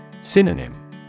Synonym